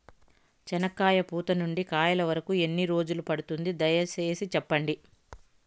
చెనక్కాయ పూత నుండి కాయల వరకు ఎన్ని రోజులు పడుతుంది? దయ సేసి చెప్పండి?